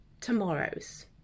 tomorrow's